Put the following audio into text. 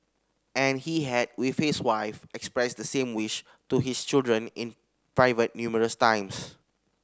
and he had with his wife expressed the same wish to his children in private numerous times